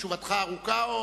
תשובתך ארוכה?